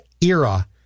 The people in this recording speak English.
era